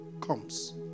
comes